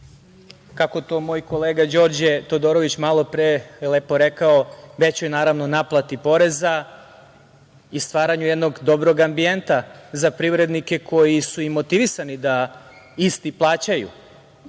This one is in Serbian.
kako je to moj kolega Đorđe Todorović malo pre lepo rekao, većoj naravno naplati poreza i stvaranju jednog dobrog ambijenta za privrednike koji su i motivisani da isti plaćaju.